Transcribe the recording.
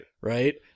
Right